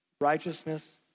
Righteousness